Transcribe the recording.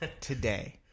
today